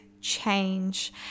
change